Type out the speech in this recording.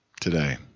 today